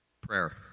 Prayer